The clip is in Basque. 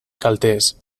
kalteez